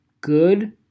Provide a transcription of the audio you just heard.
good